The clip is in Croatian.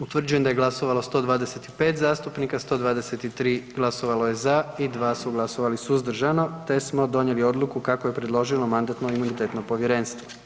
Utvrđujem da je glasovalo 125 zastupnika, 123 glasovalo je za i 2 su glasovali suzdržano te smo donijeli odluku kako je predložilo Mandatno-imunitetno povjerenstvo.